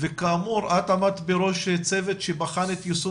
כאמור את עמדת בראש צוות שבחן את יישום